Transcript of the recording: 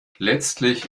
letztlich